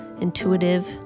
intuitive